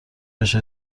بهش